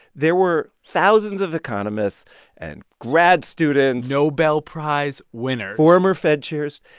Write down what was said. there were thousands of economists and grad students. nobel prize winners. former fed chairs.